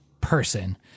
person